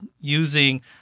using